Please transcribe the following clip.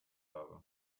habe